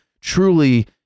truly